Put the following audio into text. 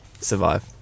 Survive